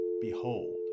Behold